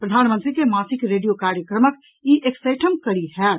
प्रधानमंत्री के मासिक रेडियो कार्यक्रमक ई एकसठिम कड़ी होयत